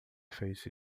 fez